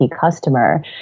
customer